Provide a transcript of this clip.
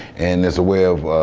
and it's a way of,